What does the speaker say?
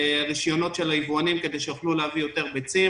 הרישיונות של היבואנים כדי שיוכלו להביא יותר ביצים.